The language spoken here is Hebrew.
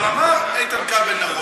הוא כן פוקד.